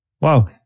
Wow